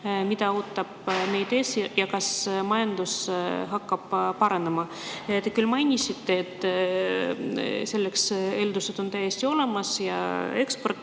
mis ootab meid ees ja kas majandus hakkab paranema. Te küll mainisite, et eeldused selleks on täiesti olemas ja eksport